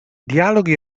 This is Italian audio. dialoghi